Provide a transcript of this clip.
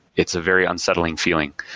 it's a very unsettling feeling.